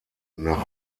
nach